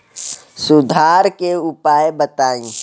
सुधार के उपाय बताई?